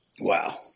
Wow